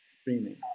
streaming